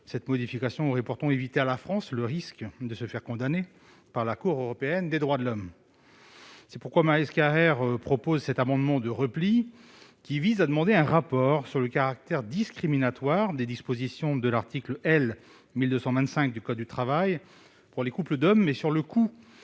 Cette modification aurait pourtant évité à la France le risque de se faire condamner par la Cour européenne des droits de l'homme. C'est pourquoi Maryse Carrère présente cet amendement de repli, qui vise à demander un rapport sur le caractère discriminatoire des dispositions de l'article L. 1225-35 du code du travail pour les couples d'hommes, et sur le coût